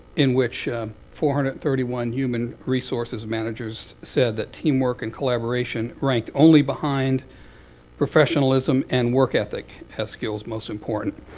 in which four hundred and thirty one human resources managers said that teamwork and collaboration ranked only behind professionalism and work ethic as skills most important.